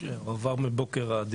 הועבר היום בבוקר.